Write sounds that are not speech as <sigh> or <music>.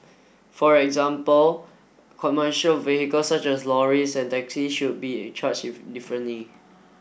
for example commercial vehicle such as lorries and taxis should be charged <unintelligible> differently